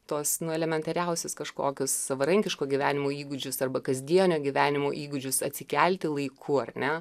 tuos nu elementariausius kažkokius savarankiško gyvenimo įgūdžius arba kasdienio gyvenimo įgūdžius atsikelti laiku ar ne